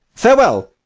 farewell!